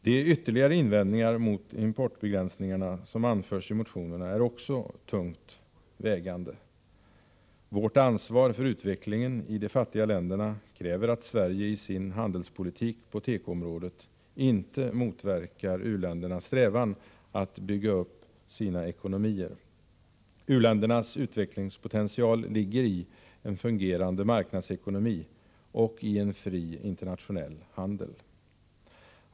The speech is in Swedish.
De ytterligare invändningar mot importbegränsningarna som anförs i motionerna är också tungt vägande. Vårt ansvar för utvecklingen i de fattiga länderna kräver att Sverige i sin handelspolitik på tekoområdet inte motverkar u-ländernas strävan att bygga upp sina ekonomier. U-ländernas utvecklingspotential ligger i en fungerande marknadsekonomi och i en fri internationell handel.